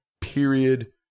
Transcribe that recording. Period